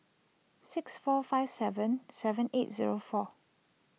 six four five seven seven eight zero four